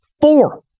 Four